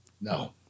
No